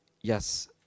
yes